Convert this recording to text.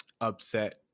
upset